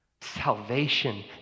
salvation